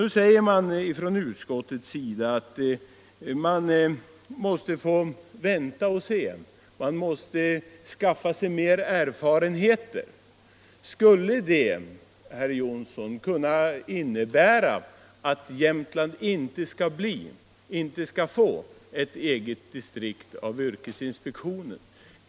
Nu säger utskottet att man måste vänta och se och skaffa sig mer erfarenheter. Skulle det, herr Johnsson, kunna innebära att Jämtlands län inte får ett eget yrkesinspektionsdistrikt?